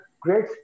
great